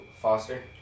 Foster